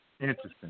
Interesting